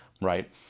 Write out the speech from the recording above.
right